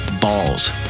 balls